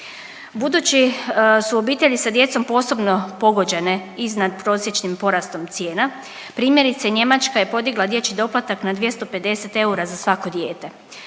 Budući su obitelji sa djecom posebno pogođene iznadprosječnim porastom cijena, primjerice Njemačka je podigla dječji doplatak na 250 eura za svako dijete.